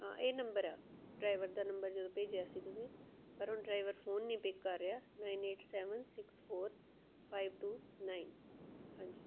ਹਾਂ ਇਹ ਨੰਬਰ ਆ ਡਰਾਈਵਰ ਦਾ ਨੰਬਰ ਜਦੋਂ ਭੇਜਿਆ ਸੀ ਤੁਸੀਂ ਪਰ ਹੁਣ ਡਰਾਈਵਰ ਫੋਨ ਨਹੀਂ ਪਿੱਕ ਕਰ ਰਿਹਾ nine eight seven six four five two nine ਹਾਂਜੀ